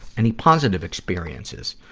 any positive experiences?